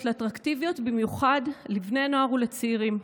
לאטרקטיביות במיוחד לבני נוער ולצעירים.